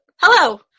hello